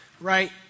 right